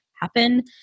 happen